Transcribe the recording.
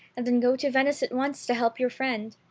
and then go to venice at once to help your friend.